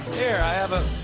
here, i have a